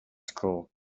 school